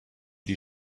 die